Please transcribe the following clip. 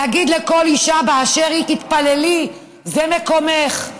להגיד לכל אישה באשר היא: תתפללי, זה מקומך.